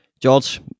George